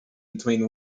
between